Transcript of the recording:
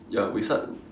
ya we start